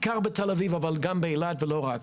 בעיקר בתל אביב אבל גם באילת ולא רק.